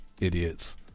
idiots